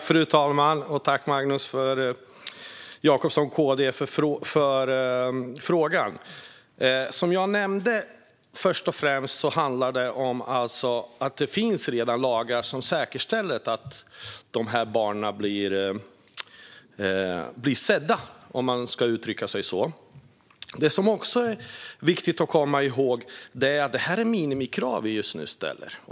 Fru talman! Tack, Magnus Jacobsson, KD, för frågan! Först och främst handlar det, som jag nämnde, om att det redan finns lagar som säkerställer att dessa barn blir sedda, om man ska uttrycka sig så. Det som också är viktigt att komma ihåg är att det är minimikrav som vi just nu ställer.